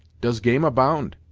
does game abound!